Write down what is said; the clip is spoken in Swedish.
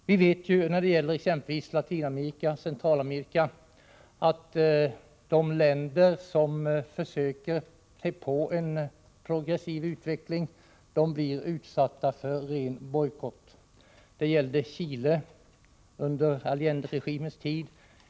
Vi vet när det gäller exempelvis Latinamerika och Centralamerika att de länder som försöker sig på en progressiv utveckling blir utsatta för ren bojkott. Det gällde Chile under Allenderegimens tid.